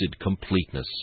completeness